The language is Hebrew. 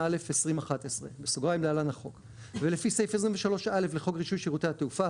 התשע"א-2011 (להלן החוק) ולפי סעיף 23(א) לחוק רישוי שירותי התעופה,